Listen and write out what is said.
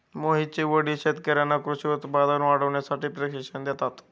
मोहितचे वडील शेतकर्यांना कृषी उत्पादन वाढवण्यासाठी प्रशिक्षण देतात